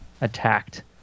attacked